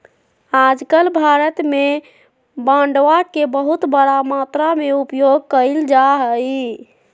आजकल भारत में बांडवा के बहुत बड़ा मात्रा में उपयोग कइल जाहई